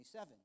27